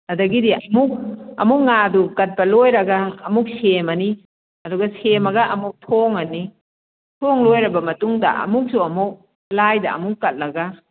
ꯑꯗꯒꯤꯗꯤ ꯑꯃꯨꯛ ꯑꯃꯨꯛ ꯉꯥꯗꯨ ꯀꯠꯄ ꯂꯣꯏꯔꯒ ꯑꯃꯨꯛ ꯁꯦꯝꯃꯅꯤ ꯑꯗꯨꯒ ꯁꯦꯝꯃꯒ ꯑꯃꯨꯛ ꯊꯣꯡꯉꯅꯤ ꯊꯣꯡ ꯂꯣꯏꯔꯕ ꯃꯇꯨꯡꯗ ꯑꯃꯨꯛꯁꯨ ꯑꯃꯨꯛ ꯂꯥꯏꯗ ꯑꯃꯨꯛ ꯀꯠꯂꯒ